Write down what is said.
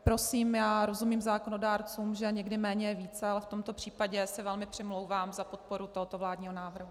Prosím, rozumím zákonodárcům, že někdy méně je více, ale v tomto případě se velmi přimlouvám za podporu tohoto vládního návrhu.